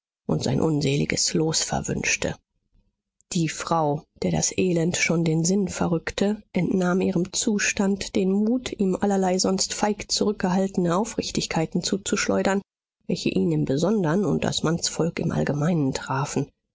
und sein unseliges los verwünschte die frau der das elend schon den sinn verrückte entnahm ihrem zustand den mut ihm allerlei sonst feig zurückgehaltene aufrichtigkeiten zuzuschleudern welche ihn im besondern und das mannsvolk im allgemeinen trafen